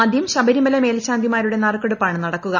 ആദ്യം ശബരിമല മേൽശാന്തിമാരുടെ നറുക്കെടുപ്പാണ് നടക്കുക